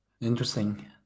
interesting